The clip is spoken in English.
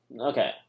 Okay